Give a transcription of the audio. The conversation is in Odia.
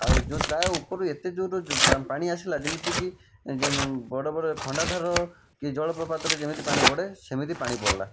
ଆଉ ଯେଉଁ ତା ଉପରୁ ଏତେ ଜୁରରୁ ପାଣି ଆସିଲା ଯେମିତିକି ଯେ ବଡ଼ ବଡ଼ ଖଣ୍ଡାଧାରକି ଜଳପ୍ରପାତରେ ଯେମିତି ପାଣି ପଡ଼େ ସେମିତି ପାଣି ପଡ଼ିଲା